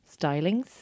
stylings